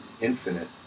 infinite